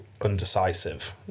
undecisive